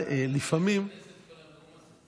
את כל הנאום הזה,